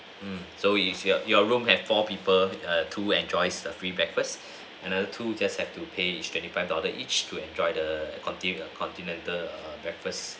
mm so if you err your room have four people two enjoys err free breakfast another two just have to pay each twenty five dollars each to enjoy the conti~ continental err breakfast